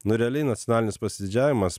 nu realiai nacionalinis pasididžiavimas